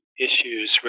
issues